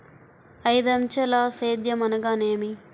ఐదంచెల సేద్యం అనగా నేమి?